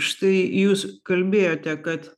štai jūs kalbėjote kad